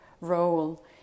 role